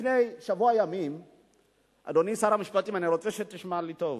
אדוני שר המשפטים, אני רוצה שתשמע טוב: